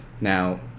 Now